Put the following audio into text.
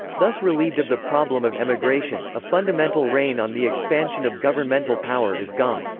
thus relieved of the problem of emigration, a fundamental rein on the expansion of governmental power is gone.